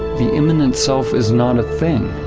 the immanent self is not a thing,